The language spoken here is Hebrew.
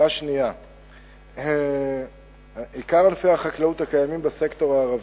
2. ענפי החקלאות העיקריים הקיימים בסקטור הערבי: